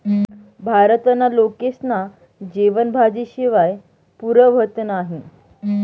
भारतना लोकेस्ना जेवन भाजी शिवाय पुरं व्हतं नही